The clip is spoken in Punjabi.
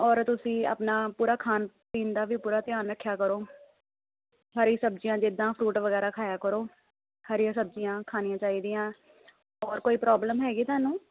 ਔਰ ਤੁਸੀਂ ਆਪਣਾ ਪੂਰਾ ਖਾਣ ਪੀਣ ਦਾ ਵੀ ਪੂਰਾ ਧਿਆਨ ਰੱਖਿਆ ਕਰੋ ਹਰੀ ਸਬਜ਼ੀਆਂ ਜਿੱਦਾਂ ਫਰੂਟ ਵਗੈਰਾ ਖਾਇਆ ਕਰੋ ਹਰੀਆਂ ਸਬਜ਼ੀਆਂ ਖਾਣੀਆਂ ਚਾਹੀਦੀਆਂ ਹੋਰ ਕੋਈ ਪ੍ਰੋਬਲਮ ਹੈਗੀ ਤੁਹਾਨੂੰ